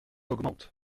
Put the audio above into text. augmentent